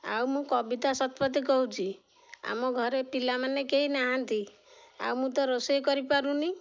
ଆଉ ମୁଁ କବିତା ଶତପଥି କହୁଛି ଆମ ଘରେ ପିଲାମାନେ କେହି ନାହାନ୍ତି ଆଉ ମୁଁ ତ ରୋଷେଇ କରିପାରୁନି